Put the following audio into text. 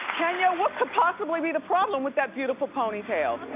kenya, what could possibly be the problem with that beautiful ponytail?